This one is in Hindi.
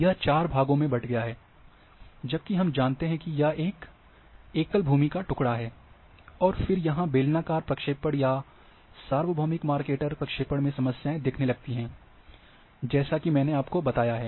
यह चार भागों में बंट गया है जबकि हम जानते हैं कि यह एक एकल भूमि का टुकड़ा है और फिर यहाँ बेलनाकार प्रक्षेपण या सार्वभौमिक मर्केटर प्रक्षेपण में समस्याएं दिखने लगती हैंजो मैंने आपको बताया है